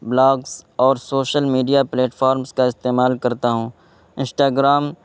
blogs اور social media platforms کا استعمال کرتا ہوں انسٹاگرام